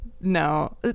No